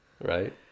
Right